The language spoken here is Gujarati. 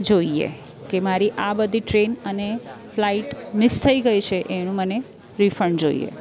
જોઈએ કે મારી આ બધી ટ્રેન અને ફ્લાઇટ મિસ થઈ ગઈ છે એનું મને રિફંડ જોઈએ